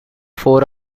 four